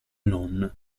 non